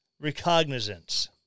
recognizance